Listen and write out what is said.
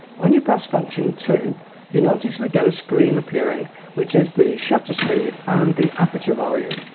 when you press function two you notice you would get a screen appearing which is the shutter speed and the aperture value.